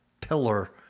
pillar